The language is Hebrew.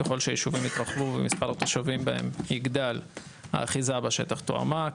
ככל שישובים יתרחבו ומספר התושבים בהם יגדל האחיזה בשטח תועמק.